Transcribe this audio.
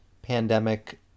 pandemic